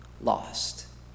lost